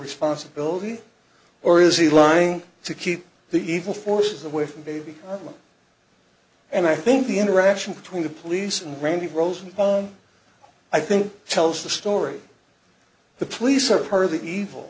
responsibility or is he lying to keep the evil forces away from baby and i think the interaction between the police and randy rosen own i think tells the story the police are part of the evil